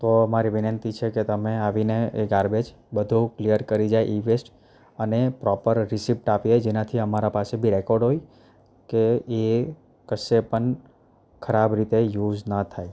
તો અમારી વિનંતી છે કે તમે આવીને એ ગાર્બેજ બધું ક્લિયર કરી જાય ઇવેસ્ટ અને પ્રોપર રિસીપ્ટ આપે જેનાથી અમારા પાસે બી રેકોર્ડ હોય કે એ કશે પણ ખરાબ રીતે યુઝ ન થાય